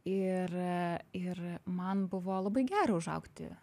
ir ir man buvo labai gera užaugti